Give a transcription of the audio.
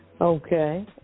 Okay